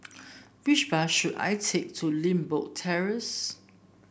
which bus should I take to Limbok Terrace